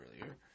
earlier